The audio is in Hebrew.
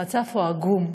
המצב הוא עגום.